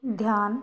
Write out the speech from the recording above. ध्यान